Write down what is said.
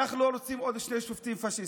אנחנו לא רוצים עוד שני שופטים פשיסטים.